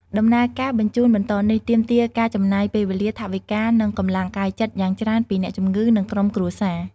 ដំណើរការបញ្ជូនបន្តនេះ ទាមទារការចំណាយពេលវេលា ថវិកា និងកម្លាំងកាយចិត្តយ៉ាងច្រើនពីអ្នកជំងឺ និងក្រុមគ្រួសារ។